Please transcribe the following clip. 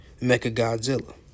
Mechagodzilla